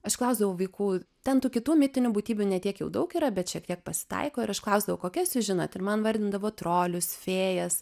aš klausdavau vaikų ten tų kitų mitinių būtybių ne tiek jau daug yra bet šiek tiek pasitaiko ir aš klausdavau kokias jūs žinot ir man vardindavo trolius fėjas